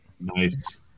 nice